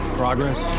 progress